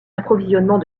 approvisionnement